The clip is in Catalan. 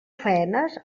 faenes